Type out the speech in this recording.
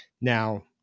Now